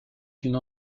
une